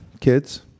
kids